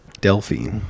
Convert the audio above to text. Delphine